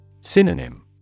Synonym